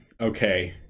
okay